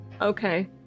Okay